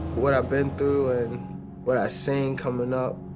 what i've been through and what i seen coming up,